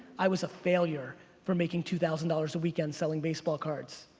i was a failure for making two thousand dollars a weekend selling baseball cards.